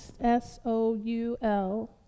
S-O-U-L